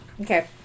Okay